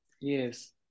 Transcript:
Yes